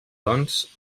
doncs